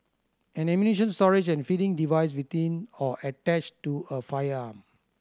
an ammunition storage and feeding device within or attached to a firearm